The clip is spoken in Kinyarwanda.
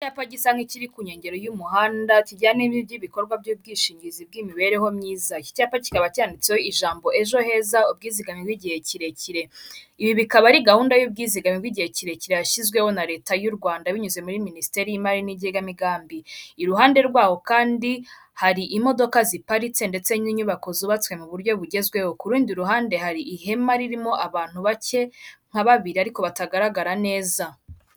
Icyapa gisa nk'ikiri ku nkengero y'umuhanda kijyanye n'ibindi bikorwa by'ubwishingizi bw'imibereho myiza iki cyapa kikaba cyanditseho ijambo ejo heza ubwizigame bw'igihe kirekire . Ibi bikaba ari gahunda y'ubwizigame bw'igihe kirekire yashyizweho na leta y'u Rwanda binyuze muri minisiteri y'imari n'igenamigambi iruhande rwaho kandi hari imodoka ziparitse ndetse n'inyubako zubatswe mu buryo bugezweho ku rundi ruhande hari ihema ririmo abantu bake nka babiri ariko batagaragara neza.